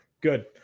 good